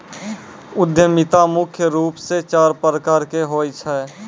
उद्यमिता मुख्य रूप से चार प्रकार के होय छै